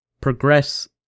progress